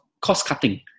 cost-cutting